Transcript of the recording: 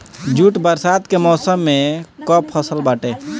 jute बरसात के मौसम कअ फसल बाटे